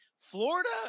Florida